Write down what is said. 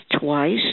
twice